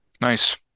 Nice